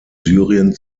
syrien